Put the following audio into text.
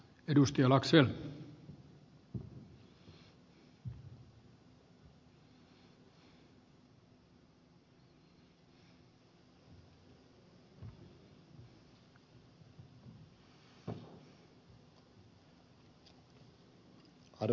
arvoisa herra puhemies